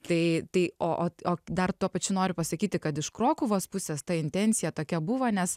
tai tai o ot ot dar tuo pačiu noriu pasakyti kad iš krokuvos pusės ta intencija tokia buvo nes